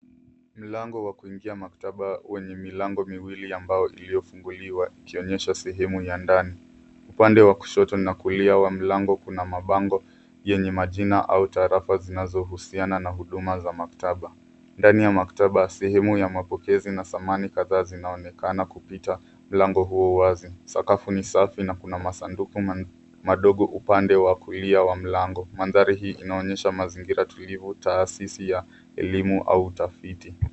Mlango wa kuingia maktaba wenye milango miwili ya mbao iliyofunguliwa ikionyesha sehemu ya ndani. Upande wa kushoto na kulia wa mlango, kuna mabango yenye majina au taarafa zinazohusiana na huduma za maktaba. Ndani ya maktaba, sehemu ya mapokezi na samani kadhaa zinaonekana kupita mlango huo wazi. Sakafu ni safi na kuna masanduku madogo upande wa kulia wa mlango. Mandhari hii inaonyesha mazingira tulivu, taasisi ya elimu au utafiti.